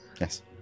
Yes